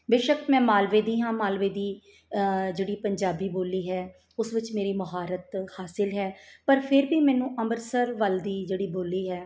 ਬੇਸ਼ਕ ਮੈਂ ਮਾਲਵੇ ਦੀ ਹਾਂ ਮਾਲਵੇ ਦੀ ਜਿਹੜੀ ਪੰਜਾਬੀ ਬੋਲੀ ਹੈ ਉਸ ਵਿੱਚ ਮੇਰੀ ਮੁਹਾਰਤ ਹਾਸਿਲ ਹੈ ਪਰ ਫਿਰ ਵੀ ਮੈਨੂੰ ਅੰਮ੍ਰਿਤਸਰ ਵੱਲ ਦੀ ਜਿਹੜੀ ਬੋਲੀ ਹੈ